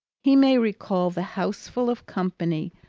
he may recall the house full of company,